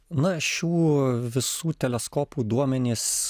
na šių visų teleskopų duomenys